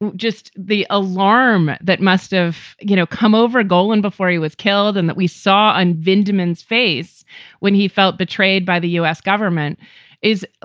just the alarm that must've you know come over goaland before he was killed and that we saw on vinda man's face when he felt betrayed by the u s. government is,